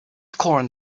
corn